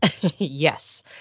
Yes